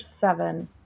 seven